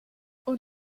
und